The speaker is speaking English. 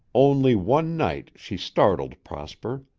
only one night she startled prosper.